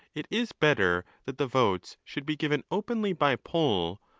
it is better that the votes should be given openly by poll,